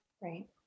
Right